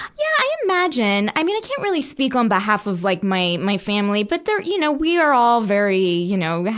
yeah, i imagine. i mean, i can't really speak on behalf of, like, my, my family. but there, you know, we are all very, you know, yeah